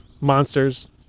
monsters